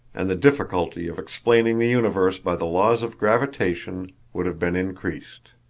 and the difficulty of explaining the universe by the laws of gravitation would have been increased.